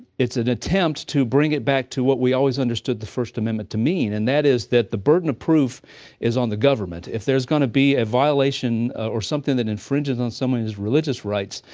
it's an attempt to bring it back to what we always understood the first amendment to mean, and that is that the burden of proof is on the government. if there's going to be a violation or something that infringes on somebody's religious rights,